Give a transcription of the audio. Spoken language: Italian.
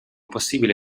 possibile